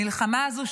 המלחמה הזו,